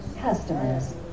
Customers